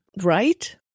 Right